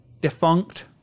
defunct